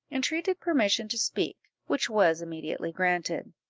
entreated permission to speak, which was immediately granted.